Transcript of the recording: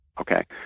Okay